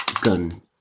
gun